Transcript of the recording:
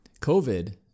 COVID